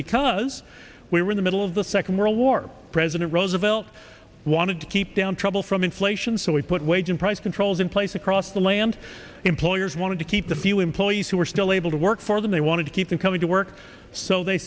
because we were in the middle of the second world war president roosevelt wanted to keep down trouble from inflation so we put wage and price controls in place across the land employers wanted to keep the few employees who were still able to work for them they wanted to keep them coming to work so they